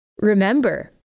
remember